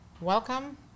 welcome